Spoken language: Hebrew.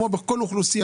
כמו בכל אוכלוסייה,